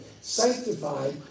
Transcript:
sanctified